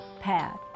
path